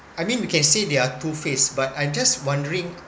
I mean we can say they are two faced but I'm just wondering